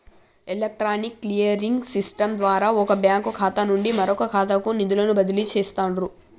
electronic clearing system ద్వారా వొక bank ఖాతా నుండి మరొకఖాతాకు నిధులను బదిలీ చేస్తండ్రు